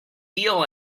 deal